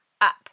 up